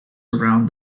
around